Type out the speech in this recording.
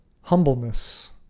humbleness